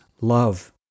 love